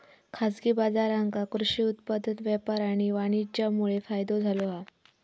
खाजगी बाजारांका कृषि उत्पादन व्यापार आणि वाणीज्यमुळे फायदो झालो हा